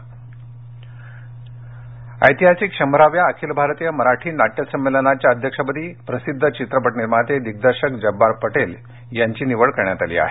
नाट्य संमेलन ऐतिहासिक शंभराव्या अखिल भारतीय मराठी नाट्यसंमेलनाच्या अध्यक्षपदी प्रसिद्ध चित्रपट निर्माते दिग्दर्शक जब्बार पटेल यांची निवड करण्यात आली आहे